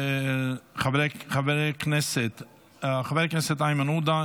חבר הכנסת איימן עודה,